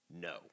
No